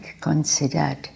considered